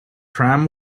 tram